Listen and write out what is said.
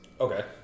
okay